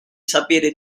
sapere